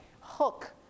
hook